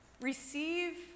receive